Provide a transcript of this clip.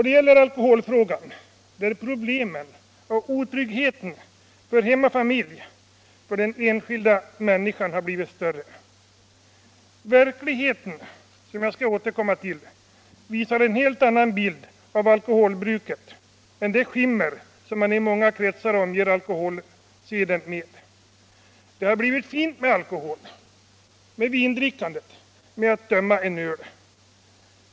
Det gäller alkoholfrågan, där problemen och otryggheten för hem och familj, för den enskilda människan, bara har blivit större. Verkligheten — som jag skall återkomma till — visar en helt annan bild av alkoholbruket än det skimmer som man i många kretsar omger alkoholen med. Det har blivit fint med alkohol, med vindrickande, med att tömma en öl.